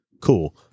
cool